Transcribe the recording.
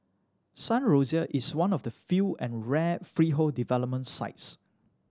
Sun Rosier is one of the few and rare freehold development sites